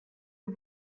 aux